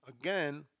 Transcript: again